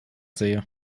sehe